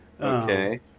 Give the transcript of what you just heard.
Okay